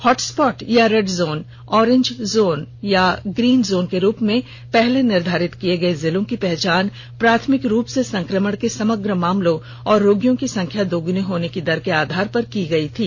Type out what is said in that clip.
hotspot या red zone orange zone और green zone के रूप में पहले निर्धारित किए गए जिलों की पहचान प्राथमिक रूप से संक्रमण के समग्र मामलों और रोगियों की संख्या दुगुनी होने की दर के आधार पर की गई थी